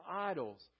idols